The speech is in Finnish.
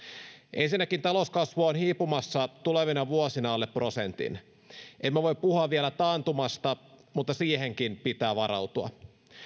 ensinnäkin talouskasvu on hiipumassa tulevina vuosina alle prosentin emme voi puhua vielä taantumasta mutta siihenkin pitää varautua